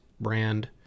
brand